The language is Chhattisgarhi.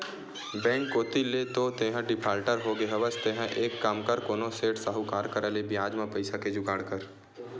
बेंक कोती ले तो तेंहा डिफाल्टर होगे हवस तेंहा एक काम कर कोनो सेठ, साहुकार करा ले बियाज म पइसा के जुगाड़ कर